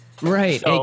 Right